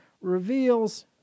reveals